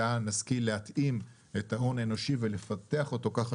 נשכיל להתאים את ההון האנושי ולפתח אותו ככה